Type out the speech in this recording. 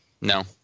No